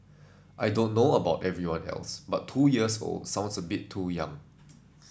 I don't know about everyone else but two years old sounds a bit too young